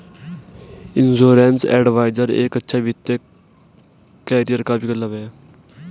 insurance advisor एक अच्छा वित्तीय करियर का विकल्प है